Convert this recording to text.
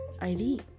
ID